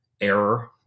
error